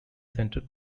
centre